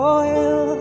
oil